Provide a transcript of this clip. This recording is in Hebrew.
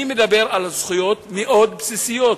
אני מדבר על זכויות מאוד בסיסיות,